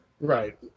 Right